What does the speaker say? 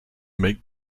make